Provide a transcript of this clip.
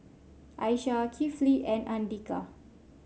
Aishah Kifli and Andika